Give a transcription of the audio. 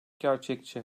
gerçekçi